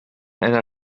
einer